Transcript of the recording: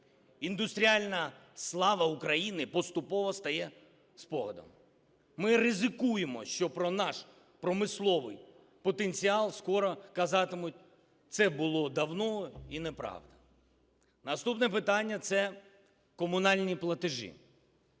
Індустріальна слава України поступово стає спогадом. Ми ризикуємо, що про наш промисловий потенціал скоро казатимуть: це було давно і неправда. Наступне питання – це комунальні платежі.